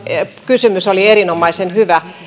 kysymys oli erinomaisen hyvä